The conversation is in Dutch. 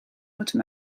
moeten